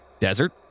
Desert